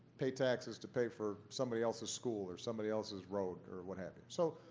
pay taxes to pay for somebody else's school, or somebody else's road, or what have you. so